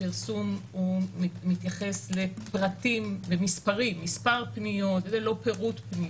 הפרסום מתייחס לפרטים ומספרים מספר פניות ולא פירוט פניות.